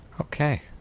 Okay